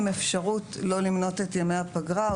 עם אפשרות לא למנות את ימי הפגרה,